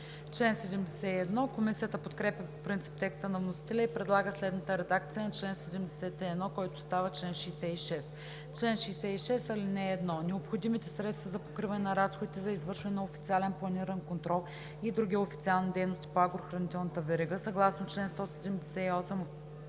верига“. Комисията подкрепя по принцип текста на вносителя и предлага следната редакция на чл. 71, който става чл. 66: „Чл. 66. (1) Необходимите средства за покриване на разходите за извършване на официален планиран контрол и други официални дейности по агрохранителната верига съгласно чл. 78 от